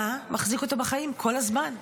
אתה מחזיק אותו בחיים כל הזמן.